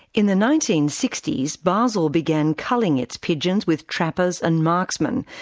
in the nineteen sixty s basel began culling its pigeons with trappers and marksmen,